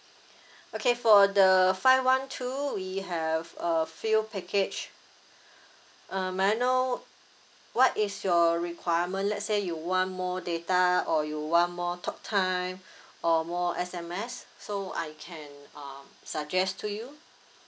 okay for uh the five one two we have a few package uh may I know what is your requirement let's say you want more data or you want more talk time or more S_M_S so I can uh suggest to you